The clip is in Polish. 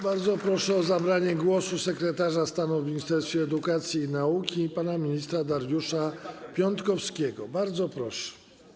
Bardzo proszę o zabranie głosu sekretarza stanu w Ministerstwie Edukacji i Nauki pana ministra Dariusza Piontkowskiego: Bardzo proszę.